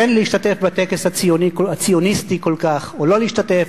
כן להשתתף בטקס הציוניסטי כל כך או לא להשתתף,